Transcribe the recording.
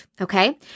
okay